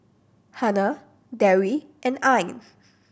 Hana Dewi and Ain